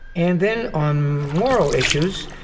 and then on moral issues,